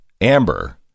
Amber